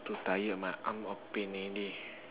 too tired my arm all pain already